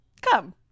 come